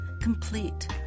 complete